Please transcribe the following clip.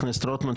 חבר הכנסת רוטמן,